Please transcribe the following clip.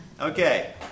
Okay